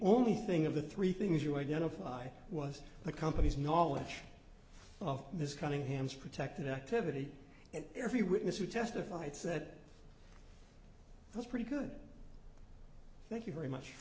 only thing of the three things you identified was the company's knowledge of this cunningham's protected activity and every witness who testified said that's pretty good thank you very much